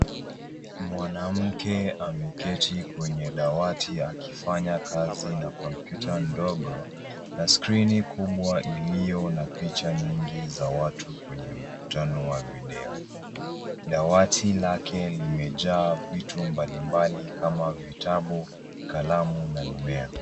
Mwanamke ameketi kwenye dawati akifanya kazi na kompyuta ndogo, na skrini kubwa iliyo na picha nyingi za watu kwenye mkutano wa video. Dawati lake limejaa vitu mbalimbali kama vitabu, kalamu na mimea.